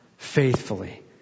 Faithfully